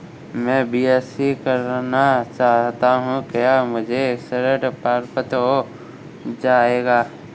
मैं बीएससी करना चाहता हूँ क्या मुझे ऋण प्राप्त हो जाएगा?